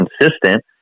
consistent